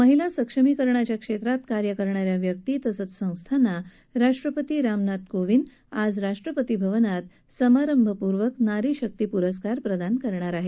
महिला सक्षमीकरणाच्या क्षेत्रात कार्य करणाऱ्या व्यक्ती तसंच संस्थांना राष्ट्रपती रामनाथ कोविंद आज सकाळी राष्ट्रपती भवनात समारंभपूर्वक नारी शक्ति पुरस्कार प्रदान करणार आहेत